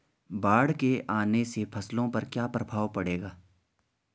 बाढ़ के आने से फसलों पर क्या प्रभाव पड़ेगा?